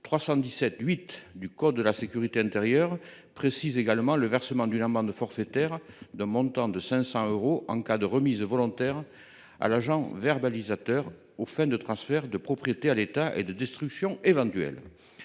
317 8 du code de la sécurité intérieure mentionne « le versement d’une amende forfaitaire d’un montant de 500 euros » en cas de remise volontaire à l’agent verbalisateur, « aux fins de transfert de propriété à l’État et de destruction éventuelle